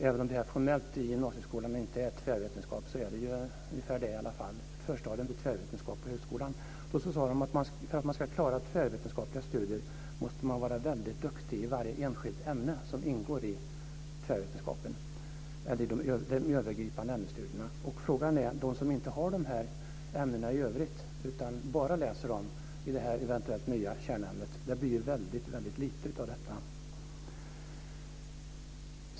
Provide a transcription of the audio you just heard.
Även om detta inte formellt är tvärvetenskap i gymnasieskolan, är detta ett förstadium till tvärvetenskap på högskolan. De sade att för att klara tvärvetenskapliga studier måste man vara duktig i varje enskilt ämne som ingår i de övergripande ämnesstudierna. Frågan är om inte de som inte har ämnena i övrigt utan bara lär sig dem i det eventuellt nya kärnämnet får väldigt lite av detta.